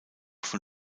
von